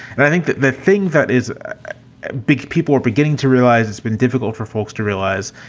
and i think that the thing that is big people are beginning to realize it's been difficult for folks to realize,